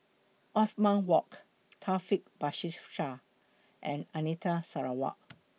Othman Wok Taufik Batisah and Anita Sarawak